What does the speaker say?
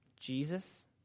Jesus